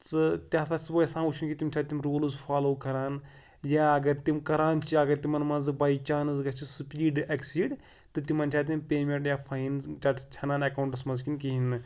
ژٕ تہِ ہَسا چھُس بہٕ یَژھان وٕچھُن کہِ تِم چھا تِم روٗلٕز فالو کَران یا اگر تِم کَران چھِ اگر تِمَن منٛزٕ باے چانٕس گَژھِ سُپیٖڈ ایٚکسیٖڈ تہٕ تِمَن چھا اَتہِ پیمٮ۪نٛٹ یا فایِن ژَت ژھَنان اٮ۪کاوُنٛٹَس منٛز کِنہٕ کِہیٖنۍ نہٕ